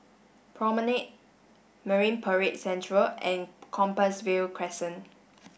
Promenade Marine Parade Central and Compassvale Crescent